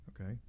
okay